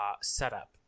setup